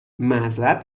معذرت